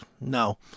no